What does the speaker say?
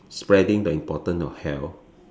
spreading the importance of health